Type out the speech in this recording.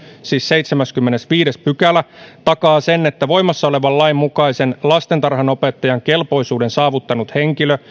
siis seitsemäskymmenesviides pykälä takaa sen että voimassa olevan lain mukaisen lastentarhanopettajan kelpoisuuden saavuttanut henkilö